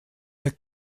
der